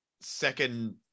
second